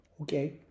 Okay